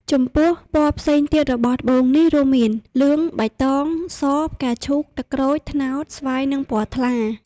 ចំពោះពណ៌ផ្សេងទៀតរបស់ត្បូងនេះរួមមាន លឿង បៃតង ស ផ្កាឈូក ទឹកក្រូច ត្នោត ស្វាយនិងពណ៌ថ្លា។